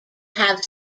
have